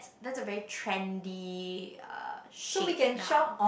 that's a very trendy uh shape now